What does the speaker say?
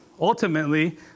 ultimately